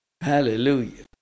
Hallelujah